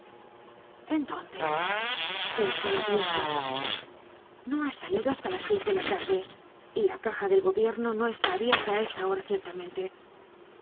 en dónde pensó la vieja no ha salido hasta las seis de la tarde y la caja del gobierno no está abierta á esa hora ciertamente